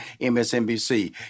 MSNBC